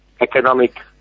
economic